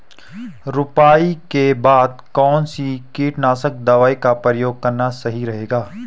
रुपाई के बाद कौन सी कीटनाशक दवाई का प्रयोग करना सही रहेगा?